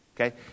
Okay